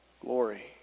glory